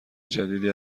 جدیدی